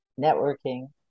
networking